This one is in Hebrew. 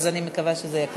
אז אני מקווה שזה יהיה קצר.